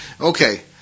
Okay